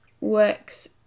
works